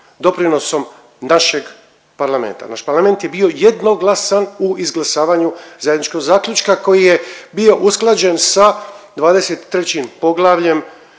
doprinosom našeg parlamenta. Naš parlament je bio jednoglasan u izglasavanju zajedničkog zaključka koji je bio usklađen sa 23. poglavljem